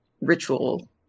ritual